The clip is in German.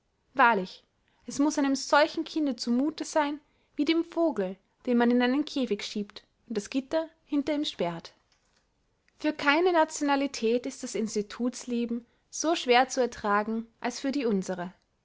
wahrlich es muß einem solchen kinde zu muthe sein wie dem vogel den man in einen käfig schiebt und das gitter hinter ihm sperrt für keine nationalität ist das institutsleben so schwer zu ertragen als für die unsere